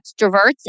extroverts